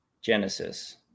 Genesis